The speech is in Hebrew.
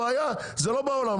הבעיה זה לא בעולם,